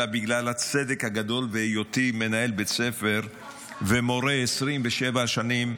אלא בגלל הצדק הגדול והיותי מנהל בית ספר ומורה 27 שנים,